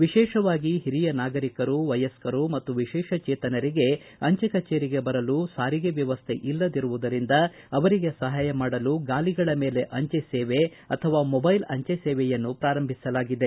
ವಿಶೇಷವಾಗಿ ಹಿರಿಯ ನಾಗರಿಕರು ವಯಸ್ಕರು ಮತ್ತು ವಿಶೇಷಚೇತನರಿಗೆ ಅಂಚೆ ಕಚೇರಿಗೆ ಬರಲು ಸಾರಿಗೆ ವ್ಯವಸ್ಥೆ ಇಲ್ಲದಿರುವುದರಿಂದ ಅವರಿಗೆ ಸಹಾಯ ಮಾಡಲು ಗಾಲಿಗಳ ಮೇಲೆ ಅಂಚೆ ಸೇವೆ ಅಥವಾ ಮೊಬ್ಬೆಲ್ ಅಂಜೆ ಸೇವೆಯನ್ನು ಪ್ರಾರಂಭಿಸಲಾಗಿದೆ